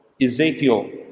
Ezekiel